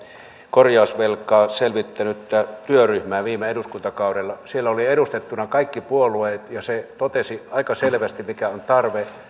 korjausvelkaa selvittänyttä parlamentaarista työryhmää viime eduskuntakaudelta siellä olivat edustettuna kaikki puolueet ja se totesi aika selvästi mikä on tarve